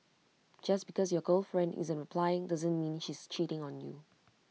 just because your girlfriend isn't replying doesn't mean she's cheating on you